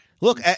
Look